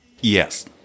Yes